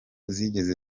zigeze